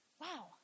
wow